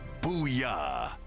Booyah